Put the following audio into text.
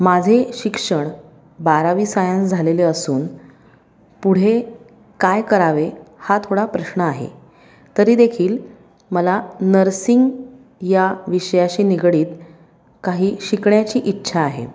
माझे शिक्षण बारावी सायन्स झालेले असून पुढे काय करावे हा थोडा प्रश्न आहे तरीदेखील मला नर्सिंग या विषयाशी निगडीत काही शिकण्याची इच्छा आहे